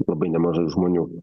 labai nemažai žmonių